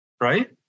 right